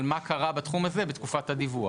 על מה קרה בתחום הזה בתקופת הדיווח.